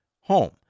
home